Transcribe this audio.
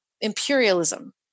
imperialism